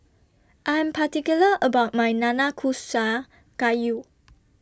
I'm particular about My Nanakusa Gayu